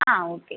ആ ഓക്കെ